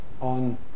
on